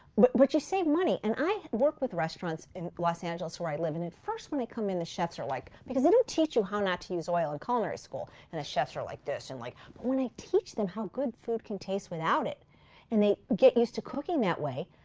but but you save money. and i work with restaurants in los angeles where i live and at first when they come in, the chefs are like because they don't teach you how not to use oil in culinary school and the chefs are like this, but and like when i teach them how good food can taste without it and they get used to cooking that way,